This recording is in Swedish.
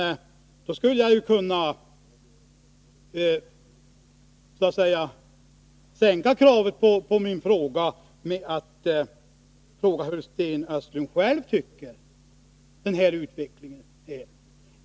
Men jag skulle ju kunna sänka kravet i min fråga genom att fråga vad Sten Östlund själv tycker om utvecklingen.